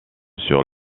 sur